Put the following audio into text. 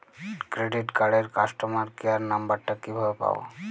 Credit কার্ডের customer care number টা কিভাবে পাবো?